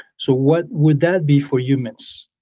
so what would that be for humans.